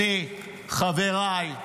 אני, חבריי,